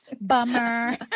bummer